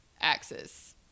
axis